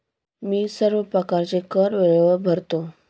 मी सर्व प्रकारचे कर वेळेवर भरतो